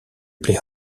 play